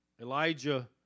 elijah